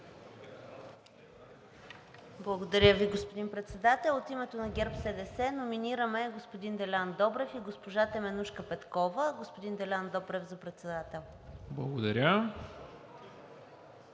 Благодаря Ви, господин Председател. От името на ГЕРБ-СДС номинираме господин Делян Добрев и госпожа Теменужка Петкова. Господин Делян Добрев – за председател.